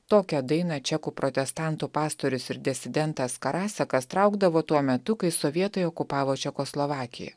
tokią dainą čekų protestantų pastorius ir disidentas karasekas traukdavo tuo metu kai sovietai okupavo čekoslovakij